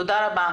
תודה רבה.